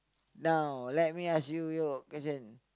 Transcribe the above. now let me you ask your question